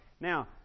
Now